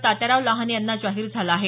तात्याराव लहाने यांना जाहीर झाला आहे